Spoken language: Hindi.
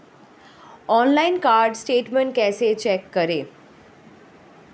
ऑनलाइन कार्ड स्टेटमेंट कैसे चेक करें?